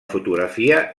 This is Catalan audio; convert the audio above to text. fotografia